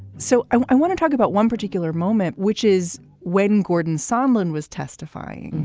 so i want to talk about one particular moment, which is when gordon sandlin was testifying.